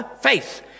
Faith